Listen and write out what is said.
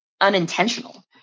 unintentional